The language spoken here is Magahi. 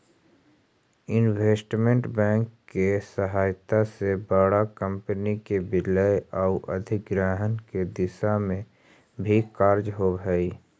इन्वेस्टमेंट बैंक के सहायता से बड़ा कंपनी के विलय आउ अधिग्रहण के दिशा में भी कार्य होवऽ हइ